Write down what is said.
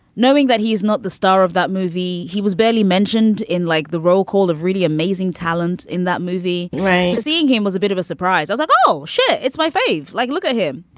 knowing that he is not the star of that movie. he was barely mentioned in like the roll call of really amazing talent in that movie right. seeing him was a bit of a surprise. i thought, oh, shit. it's my fave. like, look at him.